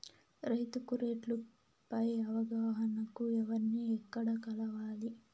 రైతుకు రేట్లు పై అవగాహనకు ఎవర్ని ఎక్కడ కలవాలి?